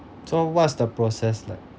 so what's the process like